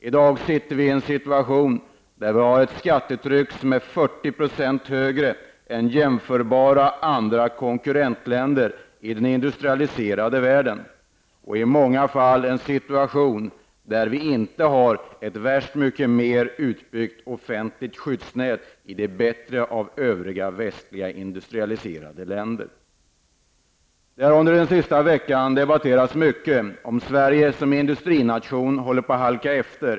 I dag befinner vi oss i en situation där vi har ett skattetryck som är 40 % högre än i jämförbara konkurrentländer i den industrialiserade världen. Och i många fall har vi inte ett särskilt mycket bättre utbyggd offentligt skyddsnät jämfört med de bättre av övriga västliga industrialiserade länder. Under den senaste veckan har det förts många diskussioner om huruvida Sverige som industrination håller på att halka efter.